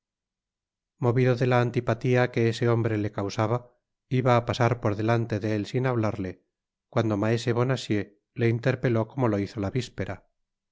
movido de la antipatía que ese hombre le causaba iba á pasar por delante de él sin hablarle cuando maese bonacieux le interpeló como lo hizo la vispera